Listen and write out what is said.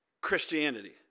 Christianity